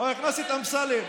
חבר הכנסת אמסלם,